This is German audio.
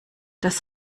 das